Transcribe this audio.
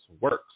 works